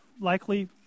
Likely